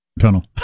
tunnel